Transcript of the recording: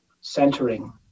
centering